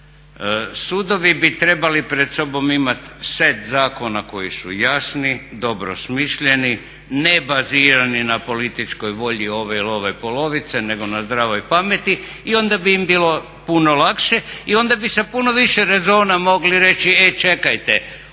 Sudovi bi trebali pred sobom imat set zakona koji su jasni, dobro smišljeni, ne bazirani na političkoj volji ove ili ove polovice nego na zdravoj pameti i onda bi im bilo puno lakše i onda bi sa puno više rezona mogli reći e čekajte,